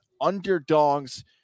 Underdogs